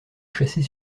chasser